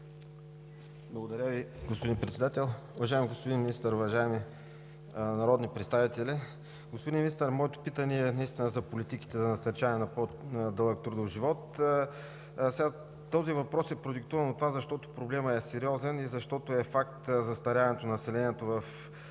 Благодаря Ви, господин Председател. Уважаеми господин Министър, уважаеми народни представители! Господин Министър, моето питане е наистина за политиките за насърчаване на по-дълъг трудов живот. Този въпрос е продиктуван от това, защото проблемът е сериозен и защото е факт застаряването на населението, очертало